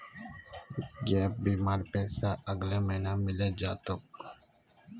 gap बीमार पैसा अगले महीने मिले जा तोक